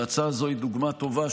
וההצעה הזו היא דוגמה טובה,